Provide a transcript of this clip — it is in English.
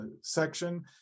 section